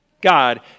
God